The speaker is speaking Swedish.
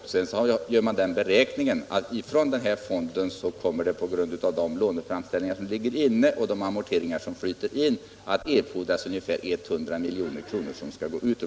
Dessutom gör man beräkningen att från denna fond kommer det på grundval av de lånebeslut som kommer att fattas och de amorteringar som flyter in att erfordras ungefär 100 milj.kr.